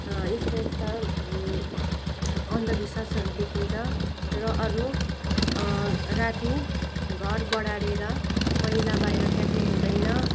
र यस्ता यस्ता अन्धविश्वासहरू देखिन्छ र अरू राति घर बडारेर मैला बाहिर फ्याँक्नुहुँदैन